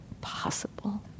possible